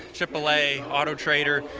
aaa, auto trader.